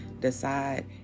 decide